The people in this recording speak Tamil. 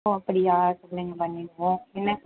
ஓ அப்படியா சொல்லுங்க பண்ணிவிடுவோம் என்ன